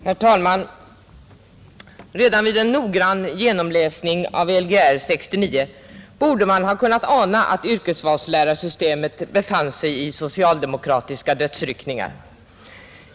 Herr talman! Redan vid en noggrann genomläsning av Lgr 69 borde man ha kunnat ana att yrkesvalslärarsystemet befann sig i socialdemokratiska dödsryckningar.